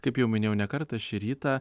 kaip jau minėjau ne kartą šį rytą